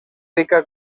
rica